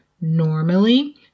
normally